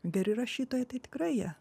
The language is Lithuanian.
geri rašytojai tai tikrai jie